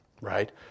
Right